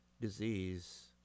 disease